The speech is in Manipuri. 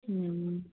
ꯎꯝ